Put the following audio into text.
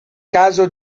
caso